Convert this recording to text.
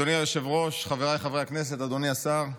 אדוני היושב-ראש, חבריי חברי הכנסת, אדוני השר,